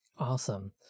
Awesome